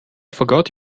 forgot